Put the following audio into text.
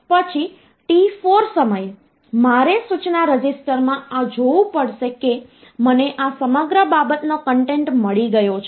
પછી t4 સમયે મારે સૂચના રજિસ્ટરમાં આ જોવું પડશે કે મને આ સમગ્ર બાબતનો કન્ટેન્ટ મળી ગયો છે